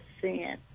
sin